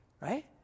right